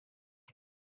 食用